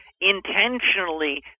intentionally